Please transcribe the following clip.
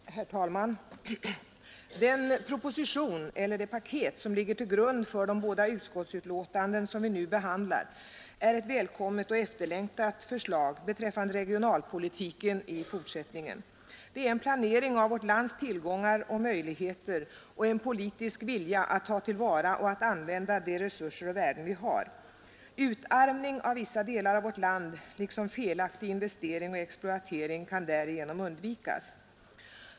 Herr talman! Den proposition eller det paket som ligger till grund för de båda utskottsbetänkanden som vi nu behandlar är ett välkommet och efterlängtat förslag beträffande regionalpolitiken i fortsättningen. Det är en planering av vårt lands tillgångar och möjligheter och visar en politisk vilja att ta till vara och använda de resurser och värden vi har. Utarmning av vissa delar av vårt land liksom felaktig investering och exploatering kan därigenom undvikas.